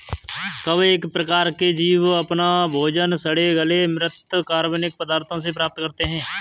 कवक एक प्रकार के जीव अपना भोजन सड़े गले म्रृत कार्बनिक पदार्थों से प्राप्त करते हैं